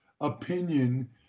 opinion